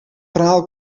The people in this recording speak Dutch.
verhaal